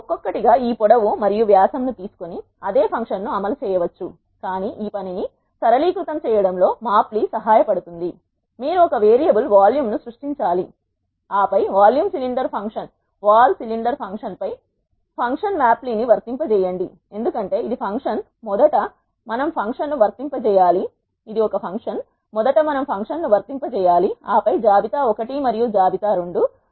మీరు ఒక్కొక్కటి గా ఈ పొడవు మరియు వ్యాసం ను తీసుకొని అదే ఫంక్షన్ను అమలు చేయవచ్చు కానీ ఈ పనిని సరళీకృతం చేయడంలో మాప్లీ సహాయపడుతుంది మీరు ఒక వేరియబుల్ వాల్యూమ్ ను సృష్టించాలి ఆపై volume cylinder function vol cylinder funcion పై ఫంక్షన్ మ్యాప్లీ ని వర్తింపజేయండి ఎందుకంటే ఇది ఫంక్షన్ మొదట మనం ఫంక్షన్ను వర్తింపజేయాలి ఆపై జాబితా 1 మరియు జాబితా 2